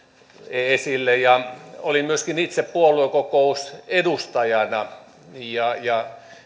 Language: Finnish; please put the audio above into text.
esille olin myöskin itse puoluekokousedustajana ja ja